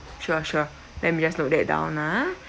sure sure let me just note that down lah